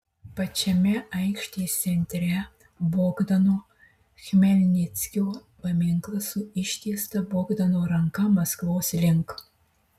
pačiame aikštės centre bogdano chmelnickio paminklas su ištiesta bogdano ranka maskvos link